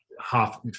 half